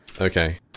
Okay